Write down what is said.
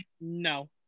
no